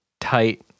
tight